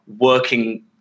working